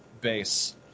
base